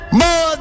more